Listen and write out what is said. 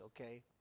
okay